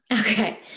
okay